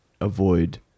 avoid